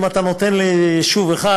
אם אתה נותן ליישוב אחד,